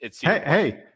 hey